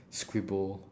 scribble